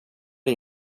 det